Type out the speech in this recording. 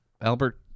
Albert